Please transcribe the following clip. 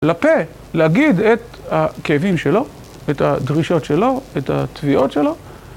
לפה להגיד את הכאבים שלו, את הדרישות שלו, את התביעות שלו.